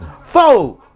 four